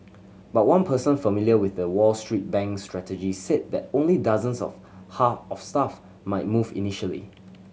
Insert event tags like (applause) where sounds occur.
but one person familiar with the Wall Street bank's strategy said that only dozens of (unintelligible) of staff might move initially